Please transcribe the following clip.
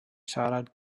siarad